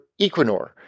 Equinor